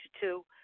two